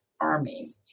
army